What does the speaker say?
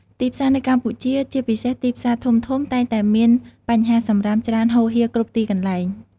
ទីផ្សារនៅកម្ពុជា ជាពិសេសទីផ្សារធំៗ តែងតែមានបញ្ហាសំរាមច្រើនហូរហៀរគ្រប់ទីកន្លែង។